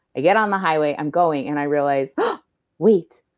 i get on the highway, i'm going and i realize, oh wait,